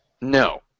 No